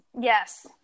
Yes